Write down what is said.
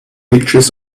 picture